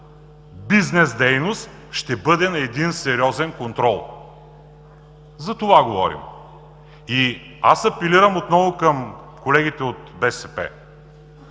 бизнес дейност ще бъде на един сериозен контрол. За това говорим. И аз апелирам отново към колегите от БСП.